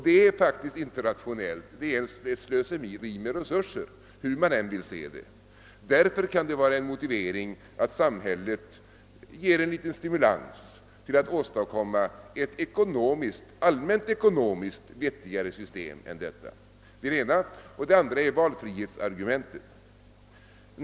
Det är faktiskt inte rationellt, utan det är ett slöseri med resurser, hur man än vill se det. Därför kan det vara motiverat att samhället ger en liten stimulans för att åstadkomma ett allmänt ekonomiskt vettigare system. Den andra motiveringen är valfrihetsargumentet.